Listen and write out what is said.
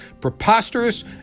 preposterous